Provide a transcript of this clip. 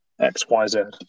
XYZ